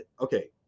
Okay